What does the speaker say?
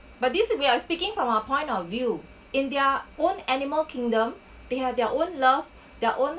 but this we are speaking from our point of view in their own animal kingdom they have their own love their own